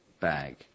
bag